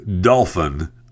dolphin